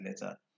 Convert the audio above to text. letter